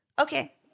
Okay